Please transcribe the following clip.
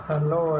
Hello